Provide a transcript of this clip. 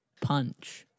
punch